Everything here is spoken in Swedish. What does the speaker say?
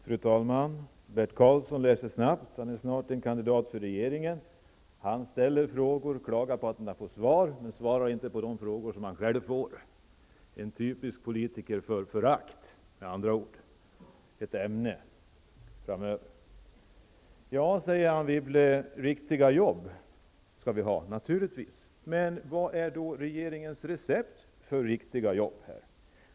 Fru talman! Bert Karlsson lär sig snabbt. Han är snart en kandidat för regeringen. Han ställer frågor och klagar på att han inte får svar men svarar inte på de frågor han själv får. En typisk politiker för förakt med andra ord, ett ämne framöver. Riktiga jobb skall vi ha, säger Anne Wibble. Naturligtvis, men vad är då regeringens recept för riktiga jobb?